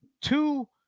two